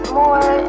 more